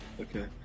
Okay